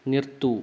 നിർത്തൂ